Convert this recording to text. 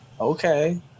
Okay